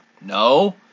No